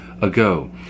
ago